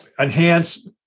enhance